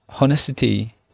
honesty